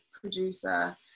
producer